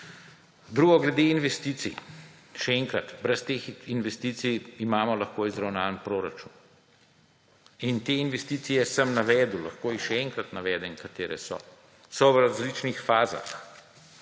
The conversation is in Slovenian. Drugo glede investicij. Še enkrat, brez teh investicij imamo lahko izravnan proračun. Te investicije sem navedel, lahko jih še enkrat navedem, katere so, so v različnih fazah.